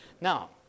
Now